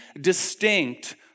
distinct